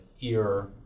ear